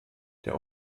der